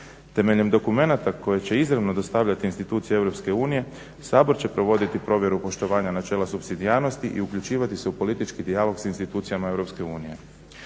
Temeljem dokumenata koje će izravno dostavljati institucije Europske unije Sabor će provoditi provjeru poštovanja načela supsidijarnosti i uključivati se u politički dijalog s institucijama